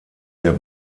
der